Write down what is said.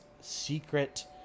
secret